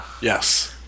Yes